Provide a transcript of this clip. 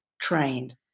trained